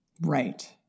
Right